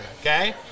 Okay